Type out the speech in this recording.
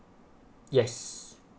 yes